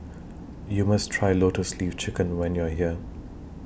YOU must Try Lotus Leaf Chicken when YOU Are here